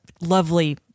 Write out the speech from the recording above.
lovely